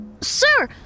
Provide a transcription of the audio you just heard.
Sir